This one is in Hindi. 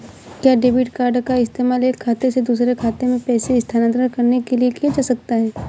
क्या डेबिट कार्ड का इस्तेमाल एक खाते से दूसरे खाते में पैसे स्थानांतरण करने के लिए किया जा सकता है?